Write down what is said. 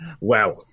Wow